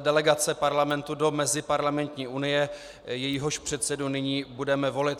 delegace Parlamentu do Meziparlamentní unie, jejíhož předsedu nyní budeme volit.